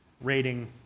rating